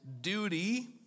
duty